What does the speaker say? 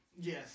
Yes